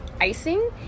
icing